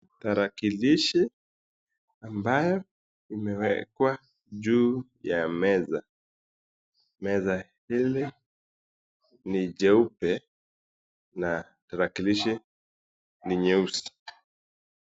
Tarakilishi ambayo imewekwa juu ya meza, meza hili ni jeupe na tarakilishi ni nyeusi.